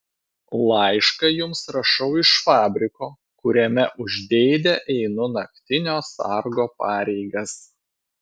laišką jums rašau iš fabriko kuriame už dėdę einu naktinio sargo pareigas